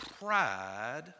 pride